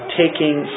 taking